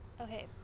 Okay